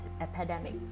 epidemic